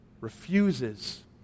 Refuses